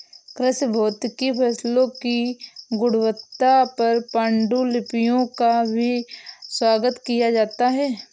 कृषि भौतिकी फसलों की गुणवत्ता पर पाण्डुलिपियों का भी स्वागत किया जाता है